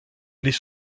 les